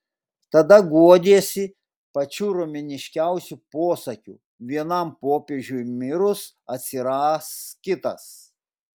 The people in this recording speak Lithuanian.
tada guodiesi pačiu romėniškiausiu posakiu vienam popiežiui mirus atsiras kitas